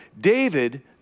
David